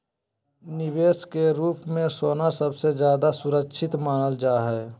निवेश के रूप मे सोना सबसे ज्यादा सुरक्षित मानल जा हय